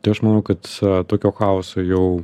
tai aš manau kad tokio chaoso jau